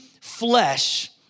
flesh